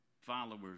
followers